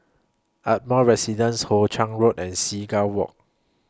Ardmore Residence Hoe Chiang Road and Seagull Walk